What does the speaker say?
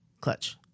clutch